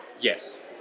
Yes